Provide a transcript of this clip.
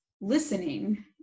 listening